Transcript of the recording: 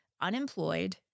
unemployed